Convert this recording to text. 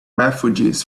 refugees